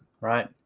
right